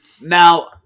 now